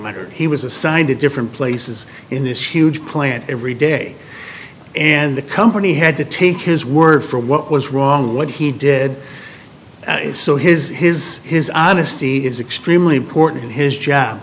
matter he was assigned to different places in this huge plant every day and the company had to take his word for what was wrong what he did so his his his honesty is extremely important in his job